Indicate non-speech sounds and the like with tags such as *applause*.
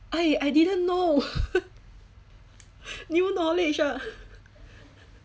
I I didn't know *laughs* new knowledge ah *laughs*